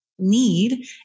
Need